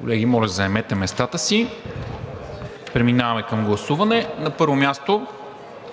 Колеги, моля, заемете местата си. Преминаваме към гласуване. На първо място